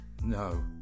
No